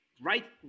right